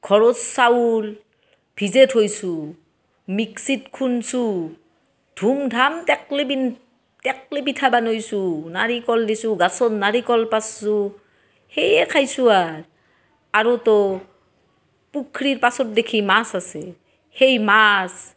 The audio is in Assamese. ঘৰৰ চাউল ভিজে থৈছোঁ মিক্সীত খুন্দিছোঁ ধুম ধাম টেকলি পিন টেকলি পিঠা বনাইছোঁ নাৰিকল দিছোঁ গছৰ নাৰিকল পাৰিছোঁ সেয়ে খাইছো আৰু আৰুতো পুখৰীৰ পাছৰ দিশে মাছ আছে সেই মাছ